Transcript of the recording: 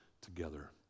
together